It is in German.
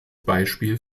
beispiel